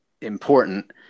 important